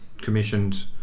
commissioned